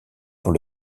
pour